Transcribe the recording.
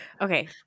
Okay